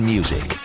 Music